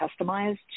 customized